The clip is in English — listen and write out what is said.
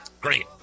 Great